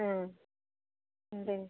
उम उम दे